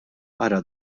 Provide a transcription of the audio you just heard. ara